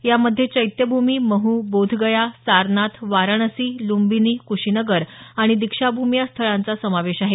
यामध्ये चैत्यभूमी महू बोधगया सारनाथ वाराणसी लूंबिनी कुशीनगर आणि दीक्षाभूमी या स्थळांचा समावेश आहे